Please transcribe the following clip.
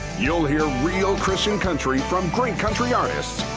you'll hear real christian country from great country artists.